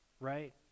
right